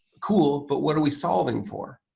cool but what are we solving for?